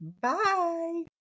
Bye